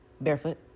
barefoot